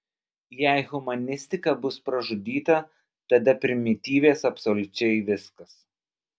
jei humanistika bus pražudyta tada primityvės absoliučiai viskas